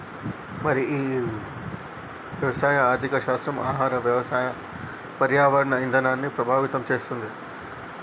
మరి ఈ వ్యవసాయ ఆర్థిక శాస్త్రం ఆహార వ్యవసాయ పర్యావరణ ఇధానాన్ని ప్రభావితం చేతుంది